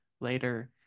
later